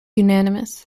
unanimous